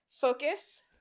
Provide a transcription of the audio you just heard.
focus